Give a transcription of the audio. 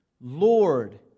Lord